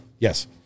Yes